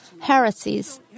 heresies